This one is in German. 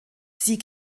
sie